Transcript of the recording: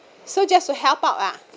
so just to help out ah